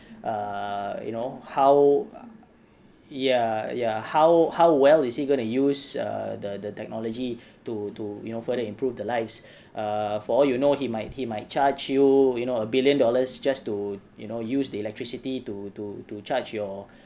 err you know how ya ya how how well is he going to use err the the technology to to you know further improve the lives err for all you know he might he might charge you you know a billion dollars just to you know use the electricity to to to charge your